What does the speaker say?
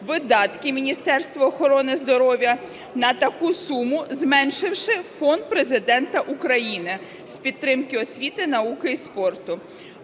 видатки Міністерству охорони здоров'я на таку суму, зменшивши Фонд Президента України з підтримки освіти, науки і спорту.